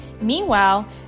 Meanwhile